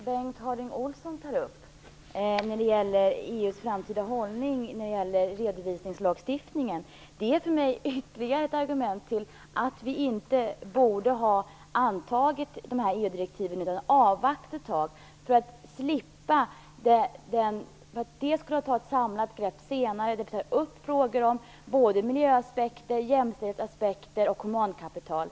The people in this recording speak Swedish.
Herr talman! Det som Bengt Harding Olson tar upp om EU:s framtida hållning beträffande redovisningslagstiftningen är för mig ytterligare ett argument för att vi inte borde ha antagit EU-direktiven utan i stället borde ha avvaktat ett tag. Vi skulle då ha kunnat ta ett samlat grepp senare och ta upp frågor ur både miljö och jämställdhetsaspekter samt frågor om humankapital.